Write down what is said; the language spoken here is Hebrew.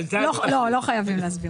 לא חייבים להסביר.